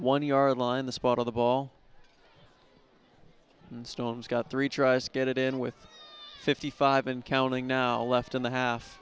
one yard line the spot of the ball and stones got three tries to get it in with fifty five and counting now left in the half